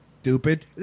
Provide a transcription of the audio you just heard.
stupid